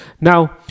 now